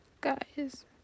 guys